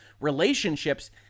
relationships